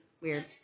weird